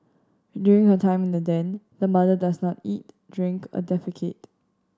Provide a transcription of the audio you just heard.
during her time in the den the mother does not eat drink or defecate